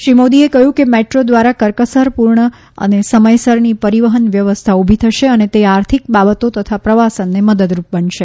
શ્રી મોદીએ કહ્યું કે મેટ્રો દ્વારા કરકસરપૂર્ણ અને સમયસરની પરિવહન વ્યવસ્થા ઉભી થશે અને તે આર્થિક બાબતો તથા પ્રવાસનને મદદરૂપ બનશે